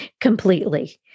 completely